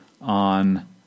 on